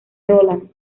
roland